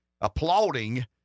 applauding